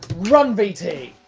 run vt.